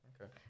Okay